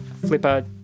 flipper